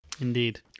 Indeed